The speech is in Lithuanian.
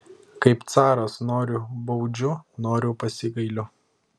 kaip caras noriu baudžiu noriu pasigailiu